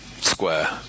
square